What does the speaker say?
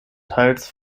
teils